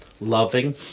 loving